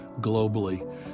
globally